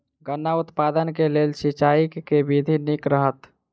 गन्ना उत्पादन केँ लेल सिंचाईक केँ विधि नीक रहत?